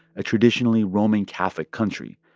a traditionally roman catholic country.